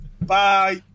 Bye